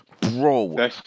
Bro